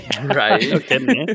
Right